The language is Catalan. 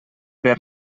per